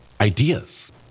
ideas